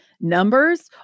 numbers